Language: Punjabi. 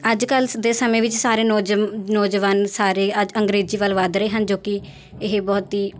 ਅੱਜ ਕੱਲ੍ਹ ਦੇ ਸਮਿਆਂ ਵਿੱਚ ਸਾਰੇ ਨੌਜਵਾ ਨੌਜਵਾਨ ਸਾਰੇ ਅੱਜ ਅੰਗਰੇਜ਼ੀ ਵੱਲ ਵੱਧ ਰਹੇ ਹਨ ਜੋ ਕਿ ਇਹ ਬਹੁਤ ਹੀ